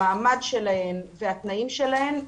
המעמד שלהן והתנאים שלהן,